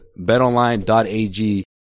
BetOnline.ag